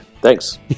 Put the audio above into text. Thanks